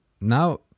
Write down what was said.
now